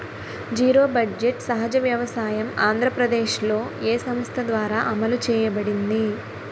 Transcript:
Zero budget సహజ వ్యవసాయం ఆంధ్రప్రదేశ్లో, ఏ సంస్థ ద్వారా అమలు చేయబడింది?